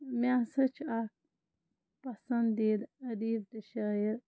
مےٚ سا چھِ اَکھ پَسنٛدیٖدہ ادیٖب تہٕ شٲعر